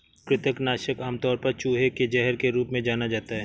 कृंतक नाशक आमतौर पर चूहे के जहर के रूप में जाना जाता है